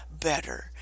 better